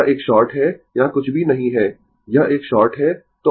यह एक शॉर्ट है यहाँ कुछ भी नहीं है यह एक शॉर्ट है